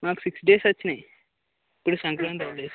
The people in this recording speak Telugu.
నాకు సిక్స్ డేస్ వచ్చినాయి ఇప్పుడు సంక్రాంతి హాలిడేస్